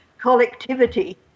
collectivity